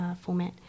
format